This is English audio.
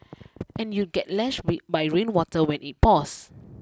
and you'd get lashed by rainwater when it pours